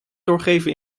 doorgeven